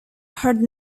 heard